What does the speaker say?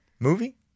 Movie